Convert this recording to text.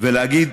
ולהגיד